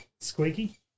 squeaky